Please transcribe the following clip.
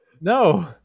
No